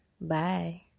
Bye